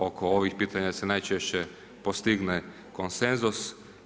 Oko ovih pitanja se najčešće postigne konsenzus.